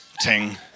ting